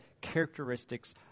characteristics